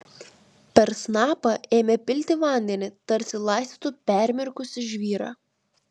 per snapą ėmė pilti vandenį tarsi laistytų permirkusį žvyrą